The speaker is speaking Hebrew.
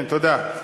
כן, תודה.